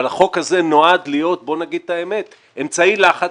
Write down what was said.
החוק הזה נועד להיות בוא נגיד את האמת אמצעי לחץ